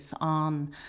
on